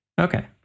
Okay